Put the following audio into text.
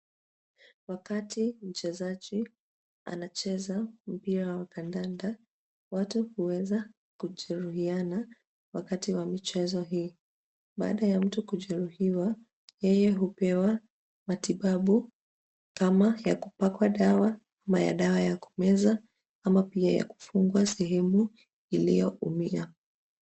Wakati mchezaji anacheza mpira wa kandanda, watu huweza kujeruhiana wakati wa mchezo hii. Baada ya mtu kujeruhiwa, yeye hupewa matibabu kama ya kupakwa dawa ama ya dawa ya kumeza ama pia ya kufungwa sehemu iliyoumia.